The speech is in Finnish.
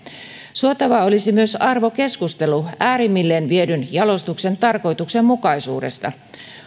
suotavaa olisi myös arvokeskustelu äärimmilleen viedyn jalostuksen tarkoituksenmukaisuudesta